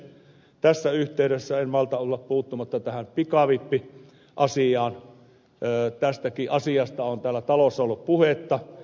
tässä yhteydessä en malta olla puuttumatta tähän pikavippiasiaan tästäkin asiasta on tässä talossa ollut puhetta